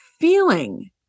feeling